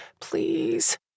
Please